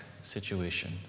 situation